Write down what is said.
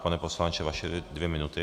Pane poslanče vaše dvě minuty.